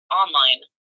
online